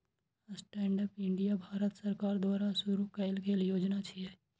stand up India Bharat सरकार द्वारा शुरू कैल गेल योजना छियै